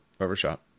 overshot